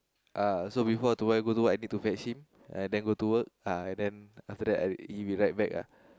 uh so before go to work I go to work I need to fetch him ah then go to work ah and then after that I he will ride back ah